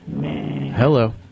Hello